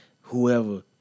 whoever